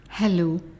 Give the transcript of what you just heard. Hello